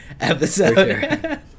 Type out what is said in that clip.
episode